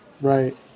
Right